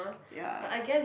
ya